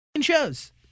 shows